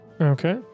Okay